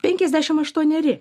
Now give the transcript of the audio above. penkiasdešim aštuoneri